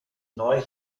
neu